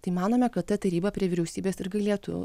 tai manome kad ta taryba prie vyriausybės ir galėtų